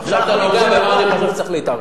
עכשיו אתה נוגע במה אני חושב שצריך להתערב.